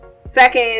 second